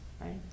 right